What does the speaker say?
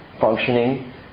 functioning